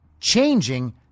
changing